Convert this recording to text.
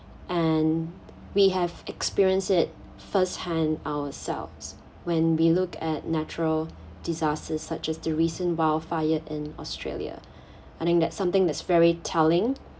and we have experienced it first-hand ourselves when we look at natural disasters such as the recent wildfire in australia and in that something that's very telling